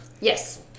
Yes